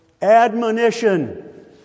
admonition